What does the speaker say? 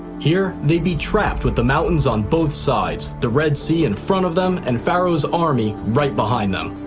here, they'd be trapped with the mountains on both sides, the red sea in front of them, and pharaoh's army right behind them.